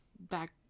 back